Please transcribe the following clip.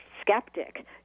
skeptic